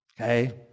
Okay